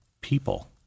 people